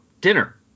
dinner